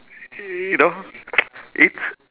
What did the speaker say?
y~ you know it's